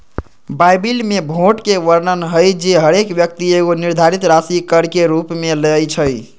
Bible में भोट के वर्णन हइ जे हरेक व्यक्ति एगो निर्धारित राशि कर के रूप में लेँइ छइ